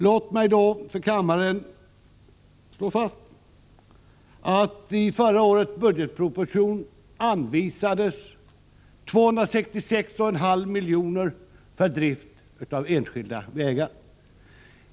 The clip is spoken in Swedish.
Låt mig därför för kammaren slå fast att i förra årets budgetproposition anvisades 266,5 milj.kr. för drift av enskilda vägar.